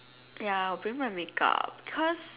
ya I'll bring my make up because